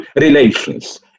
relations